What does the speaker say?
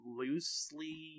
loosely